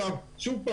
שוב,